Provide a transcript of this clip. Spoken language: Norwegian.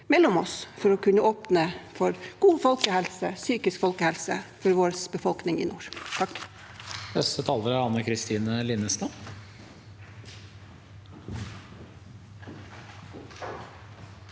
for å kunne åpne for god folkehelse, psykisk folkehelse, for vår befolkning i nord.